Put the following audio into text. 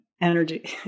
energy